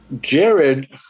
jared